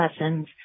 lessons